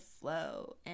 flow